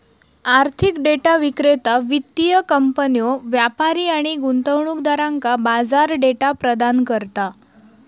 आर्थिक डेटा विक्रेता वित्तीय कंपन्यो, व्यापारी आणि गुंतवणूकदारांका बाजार डेटा प्रदान करता